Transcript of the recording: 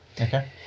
Okay